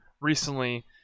recently